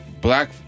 black